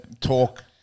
talk